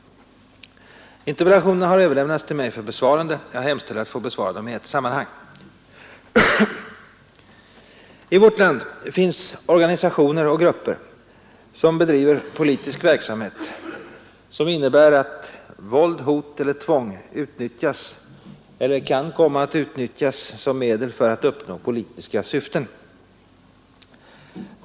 Interpellationerna har överlämnats till mig för besvarande. Jag hemställer att få besvara dem i ett sammanhang. I vårt land finns organisationer och grupper som bedriver politisk verksamhet som innebär att våld, hot eller tvång utnyttjas eller kan komma att utnyttjas som medel för att uppnå politiska syften.